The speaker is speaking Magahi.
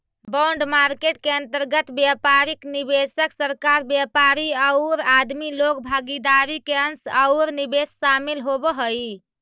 बॉन्ड मार्केट के अंतर्गत व्यापारिक निवेशक, सरकार, व्यापारी औउर आदमी लोग भागीदार के अंश औउर निवेश शामिल होवऽ हई